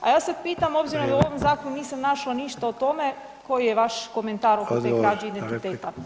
A ja sad pitam obzirom da u ovom [[Upadica Sanader: Vrijeme.]] zakonu nisam našla ništa o tome koji je vaš komentar oko te krađe identiteta.